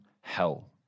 hell